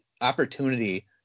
opportunity